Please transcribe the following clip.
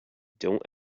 don’t